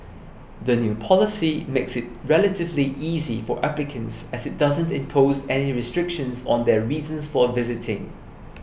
the new policy makes it relatively easy for applicants as it doesn't impose any restrictions on their reasons for visiting